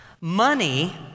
Money